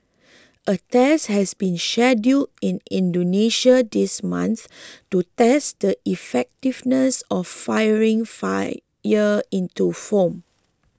a test has been scheduled in Indonesia this month to test the effectiveness of firing fight year into foam